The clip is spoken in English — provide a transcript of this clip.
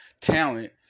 talent